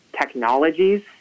technologies